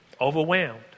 overwhelmed